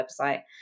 website